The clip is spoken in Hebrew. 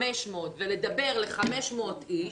של 500 אנשים ולדבר אל 500 אנשים,